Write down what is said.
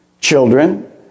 children